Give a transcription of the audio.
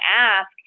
ask